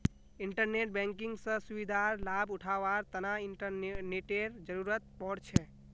internet banking स सुविधार लाभ उठावार तना इंटरनेटेर जरुरत पोर छे